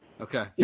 Okay